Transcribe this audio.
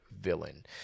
villain